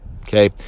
okay